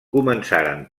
començaren